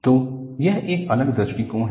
तो यह एक अलग दृष्टिकोण है